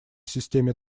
системе